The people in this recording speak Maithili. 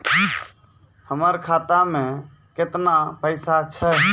हमर खाता मैं केतना पैसा छह?